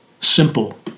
Simple